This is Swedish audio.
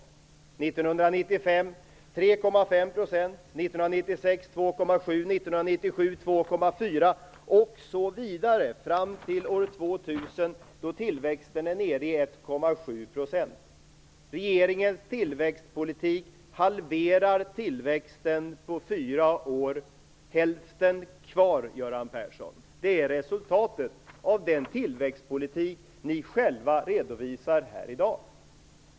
1995 blir den 3,5 %, 1996 blir den 2,7 %, 1997 blir den 2,4 % o.s.v. fram till år 2000, då tillväxten är nere i 1,7 %. Regeringens tillväxtpolitik halverar tillväxten på fyra år. Hälften kvar, Göran Persson, är resultatet av den tillväxtpolitik ni själva redovisar här i dag.